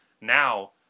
now